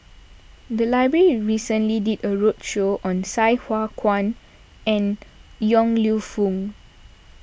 the library recently did a roadshow on Sai Hua Kuan and Yong Lew Foong